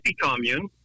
commune